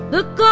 Look